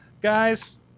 Guys